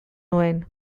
nuen